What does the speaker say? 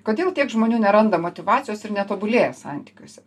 kodėl tiek žmonių neranda motyvacijos ir netobulėja santykiuose